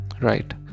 right